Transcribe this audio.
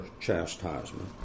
chastisement